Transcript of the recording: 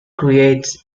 creates